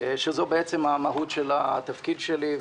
שזה בעצם המהות של התפקיד שלי.